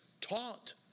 taught